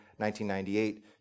1998